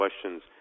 questions